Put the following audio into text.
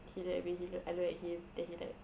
he look at me he look I look at him then he like